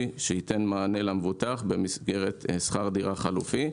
שייתן מענה למבוטח במסגרת שכר דירה חלופי.